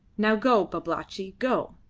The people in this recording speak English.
now go, babalatchi, go!